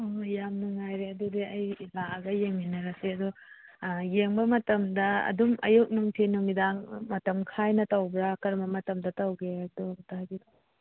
ꯍꯣꯏ ꯌꯥꯝ ꯅꯨꯡꯉꯥꯏꯔꯦ ꯑꯗꯨꯗꯤ ꯑꯩ ꯂꯥꯛꯑꯒ ꯌꯦꯡꯃꯤꯟꯅꯔꯒꯦ ꯑꯗꯣ ꯌꯦꯡꯕ ꯃꯇꯝꯗ ꯑꯗꯨꯝ ꯑꯌꯨꯛ ꯅꯨꯡꯊꯤꯜ ꯅꯨꯃꯤꯗꯥꯡ ꯃꯇꯝ ꯈꯥꯏꯅ ꯇꯧꯕ꯭ꯔ ꯀꯔꯝꯕ ꯃꯇꯝꯗ ꯇꯧꯒꯦ ꯑꯗꯨ ꯑꯃꯨꯛꯇ ꯍꯥꯏꯕꯤꯔꯛꯎ